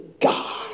God